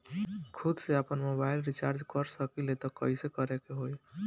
खुद से आपनमोबाइल रीचार्ज कर सकिले त कइसे करे के होई?